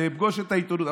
זה פגוש את העיתונות.